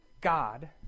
God